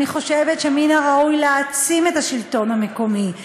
אני חושבת שמן הראוי להעצים את השלטון המקומי,